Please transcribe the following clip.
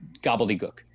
gobbledygook